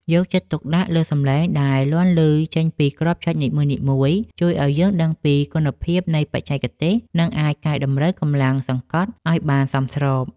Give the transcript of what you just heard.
យកចិត្តទុកដាក់លើសម្លេងដែលលាន់ឮចេញពីគ្រាប់ចុចនីមួយៗជួយឱ្យយើងដឹងពីគុណភាពនៃបច្ចេកទេស និងអាចកែតម្រូវកម្លាំងសង្កត់ឱ្យបានសមស្រប។